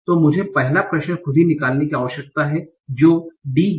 तो मुझे पहला प्रश्न खुद ही निकालने की आवश्यकता है जो D